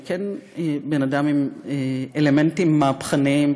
אני כן בן-אדם עם אלמנטים מהפכניים,